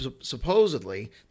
supposedly